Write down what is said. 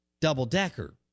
double-decker